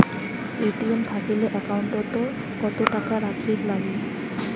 ATM থাকিলে account ওত কত টাকা রাখীর নাগে?